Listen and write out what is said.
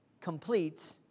complete